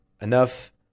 enough